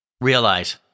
Realize